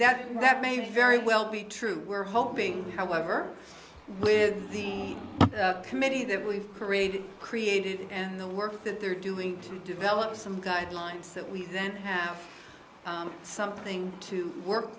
that that may very well be true we're hoping however with the committee that we've created created and the work that they're doing to develop some guidelines that we then have something to work